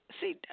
See